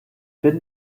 bin